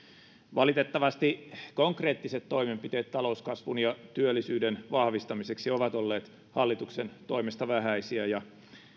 valitettavasti konkreettiset toimenpiteet talouskasvun ja työllisyyden vahvistamiseksi ovat olleet hallituksen toimesta vähäisiä ja